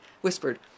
whispered